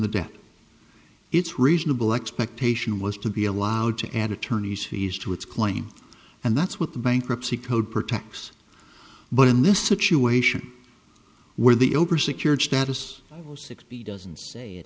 the debt it's reasonable expectation was to be allowed to add attorney's fees to its claim and that's what the bankruptcy code protects but in this situation where the over secured status six b doesn't say